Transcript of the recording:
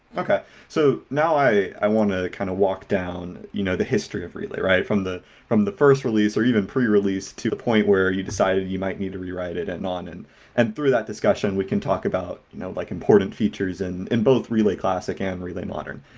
ah so now, i i want to kind of walk down you know the history of relay, from the from the first release or even prerelease to the point where you decided you might need to rewrite it and on. and and through that discussion we can talk about you know like important features and in both relay classic and relay modern.